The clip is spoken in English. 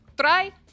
Try